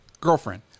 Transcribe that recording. girlfriend